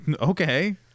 Okay